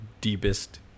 deepest